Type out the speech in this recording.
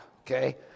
okay